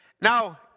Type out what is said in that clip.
Now